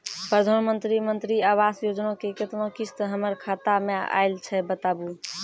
प्रधानमंत्री मंत्री आवास योजना के केतना किस्त हमर खाता मे आयल छै बताबू?